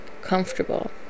comfortable